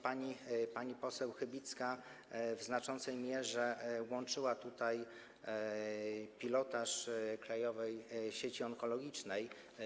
Pani poseł Chybicka w znacznej mierze łączyła z tym pilotaż Krajowej Sieci Onkologicznej.